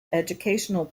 educational